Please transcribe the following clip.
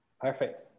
Perfect